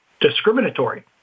discriminatory